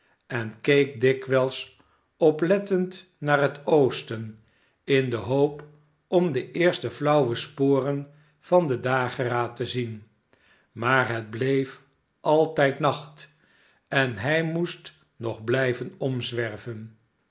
en keek dikwijls oplettend naar het oosten in de hoop om de eerste flauwe sporen van den dageraad te zien maar het bleef altijd nacht en hij mo est nog blijven omzwerven